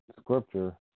scripture